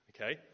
Okay